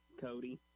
Cody